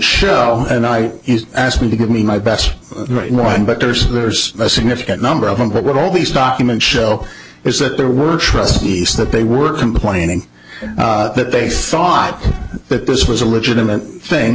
show and i asked me to give me my best run but there's there's a significant number of them but all these documents show is that they were trustees that they were complaining that they thought that this was a legitimate thing